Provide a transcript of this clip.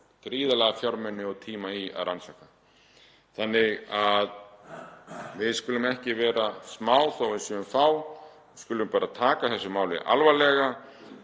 leggja gríðarlega fjármuni og tíma í að rannsaka. Þannig að við skulum ekki vera smá þó að við séum fá. Við skulum bara taka þessu máli alvarlega.